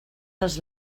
dels